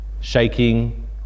shaking